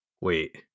Wait